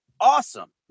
awesome